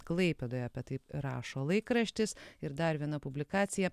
klaipėdoje apie tai rašo laikraštis ir dar viena publikacija